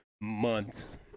months